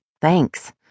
thanks